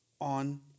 on